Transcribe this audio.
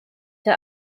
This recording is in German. der